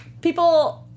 People